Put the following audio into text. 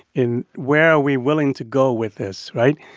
in where are we willing to go with this, right?